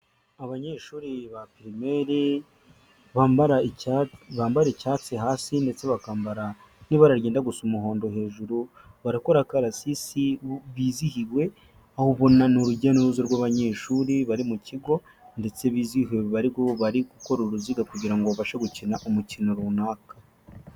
Abanyeshuri ba primaire bambara icyatsi hasi ndetse bakambara n'ibara ryenda gusa umuhondo hejuru, barakora akarasisi bizihiwe. Aho ubona, ni urujya n'uruza rw'abanyeshuri bari mu kigo ndetse bizihiwe bariho bari gukora uruziga kugirango ngo babashe gukina umukino runaka.